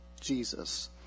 Jesus